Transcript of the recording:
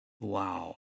Wow